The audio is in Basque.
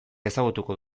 ezagutuko